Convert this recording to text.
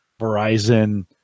Verizon